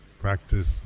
practice